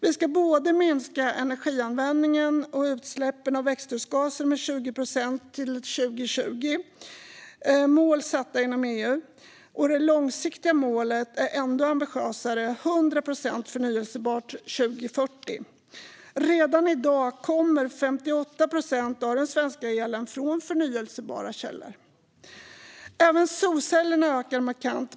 Vi ska minska både energianvändningen och utsläppen av växthusgaser med 20 procent till år 2020 - mål satta inom EU. Det långsiktiga målet är ännu ambitiösare: 100 procent förnybart 2040. Redan i dag kommer 58 procent av den svenska elen från förnybara källor. Även solcellerna ökar markant.